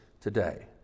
today